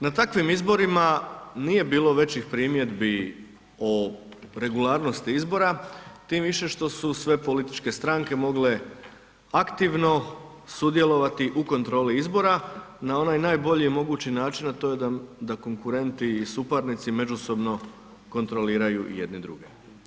Na takvim izborima nije bilo većih primjedbi o regularnosti izbora, tim više što su sve političke stranke mogle aktivno sudjelovati u kontroli izbora na onaj najbolji mogući način, a to je da konkurenti i suparnici međusobno kontroliraju jedni druge.